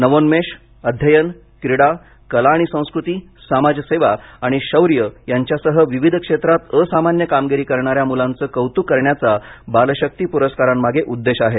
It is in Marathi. नवोन्मेष अध्ययन क्रीडा कला आणि संस्कृती समाज सेवा आणि शौर्य यांच्यासह विविध क्षेत्रात असामान्य कामगिरी करणाऱ्या मुलांचं कौतुक करण्याचा बाल शक्ती पुरस्कारांमागे उद्देश आहे